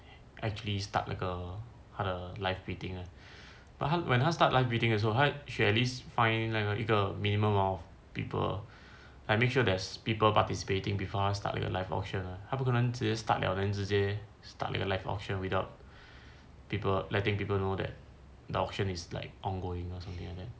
actually start 那个他的 live bidding but when 他 start like bidding 的时候他 should at least find like a 一个 minimum of people like make sure there's people participating before starting a live auction 他不可能直接 start liao then 直接 start 那个 live auction without people letting people know that the auction is ongoing or something like that